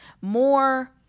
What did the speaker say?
More